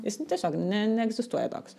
jis tiesiog ne neegzistuoja toks